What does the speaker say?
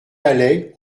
alais